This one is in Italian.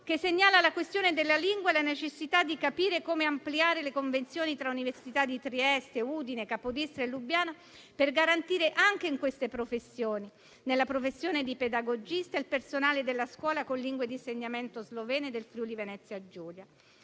segnalano la questione della lingua e la necessità di capire come ampliare le convenzioni tra università di Trieste, Udine, Capodistria e Lubiana, al fine di garantire, anche in queste professioni, nella professione di pedagogista, il personale della scuola nell'insegnamento della lingua slovena del Friuli-Venezia Giulia.